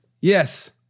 yes